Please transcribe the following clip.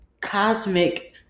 cosmic